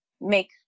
make